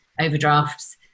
overdrafts